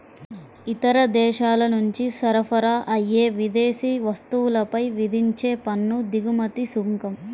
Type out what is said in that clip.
ఇతర దేశాల నుంచి సరఫరా అయ్యే విదేశీ వస్తువులపై విధించే పన్ను దిగుమతి సుంకం